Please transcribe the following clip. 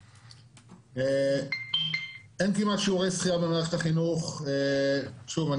אין כמעט שיעורי שחיה במערכת החינוך ושוב,